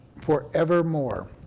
forevermore